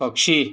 पक्षी